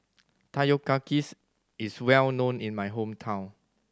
takoyakis is well known in my hometown